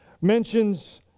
mentions